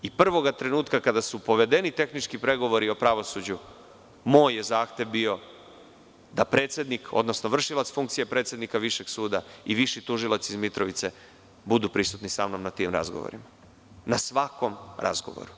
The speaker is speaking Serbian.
Prvoga trenutka kada su povedeni tehnički pregovori o pravosuđu, moj je zahtev bio da predsednik, odnosno vršilac funkcije predsednika Višeg suda i viši tužilac iz Mitrovice budu prisutni na tim razgovorima, na svakom razgovoru.